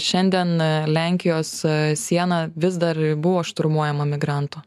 šiandien lenkijos siena vis dar buvo šturmuojama migrantų